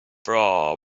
far